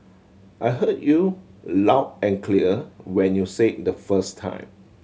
I heard you loud and clear when you said in the first time